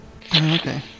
Okay